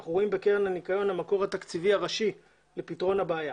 אנחנו רואים בקרן הניקיון את המקור התקציבי הראשי לפתרון הבעיה.